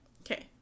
Okay